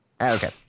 Okay